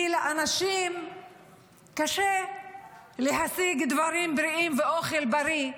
כי לאנשים קשה להשיג דברים בריאים ואוכל בריא,